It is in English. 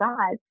God